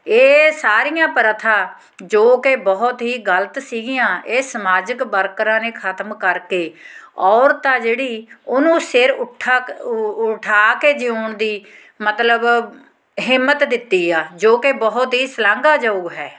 ਇਹ ਸਾਰੀਆਂ ਪ੍ਰਥਾ ਜੋ ਕਿ ਬਹੁਤ ਹੀ ਗਲਤ ਸੀਗੀਆਂ ਇਹ ਸਮਾਜਿਕ ਵਰਕਰਾਂ ਨੇ ਖਤਮ ਕਰਕੇ ਔਰਤ ਆ ਜਿਹੜੀ ਉਹਨੂੰ ਸਿਰ ਉਠਾਕ ਉ ਉਠਾ ਕੇ ਜਿਊਣ ਦੀ ਮਤਲਬ ਹਿੰਮਤ ਦਿੱਤੀ ਆ ਜੋ ਕਿ ਬਹੁਤ ਹੀ ਸ਼ਲਾਘਾਯੋਗ ਹੈ